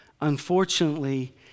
Unfortunately